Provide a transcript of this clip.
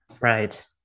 right